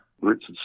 Richard